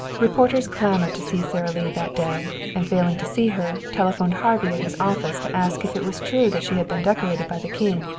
reporters clamored to see sara lee that day, and, failing to see her, telephoned harvey at his office to ask if it was true that she had been decorated by the king.